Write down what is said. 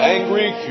Angry